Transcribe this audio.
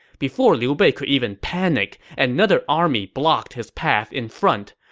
before liu bei could even panic, another army blocked his path in front.